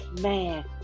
man